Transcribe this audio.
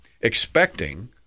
expecting